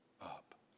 up